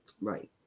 right